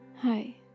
Hi